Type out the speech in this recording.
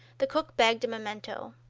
the cook begged a memento.